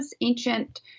ancient